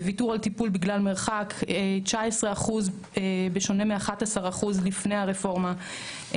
ויתור על טיפול בגלל מרחק 19% בשונה מ-11% לפני הרפורמה,